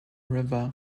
river